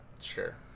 Sure